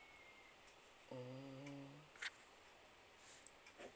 mm